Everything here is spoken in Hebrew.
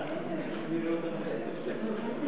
שומעת, איילת?